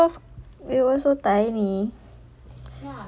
it was so it was so tiny